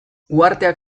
uharteak